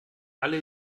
alle